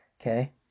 okay